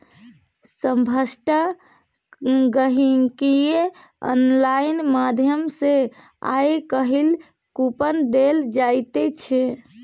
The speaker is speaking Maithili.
सभटा गहिंकीकेँ आनलाइन माध्यम सँ आय काल्हि कूपन देल जाइत छै